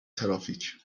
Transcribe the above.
ترافیک